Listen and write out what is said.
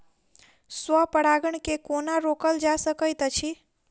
स्व परागण केँ कोना रोकल जा सकैत अछि?